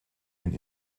and